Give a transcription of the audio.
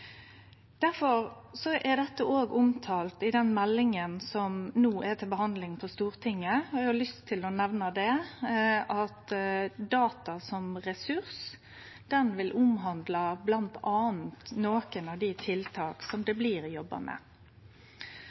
er dette òg omtalt i den meldinga som no er til behandling på Stortinget, Data som ressurs, og eg har lyst til å nemne at ho omhandlar bl.a. nokre av dei tiltaka som det blir jobba med.